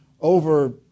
over